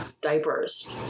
diapers